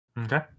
Okay